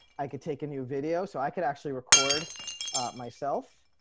i could take a new video so i could actually record myself.